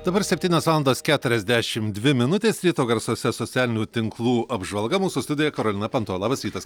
dabar septynios valandos keturiasdešim dvi minutės ryto garsuose socialinių tinklų apžvalga mūsų studijoje karolina panto labas rytas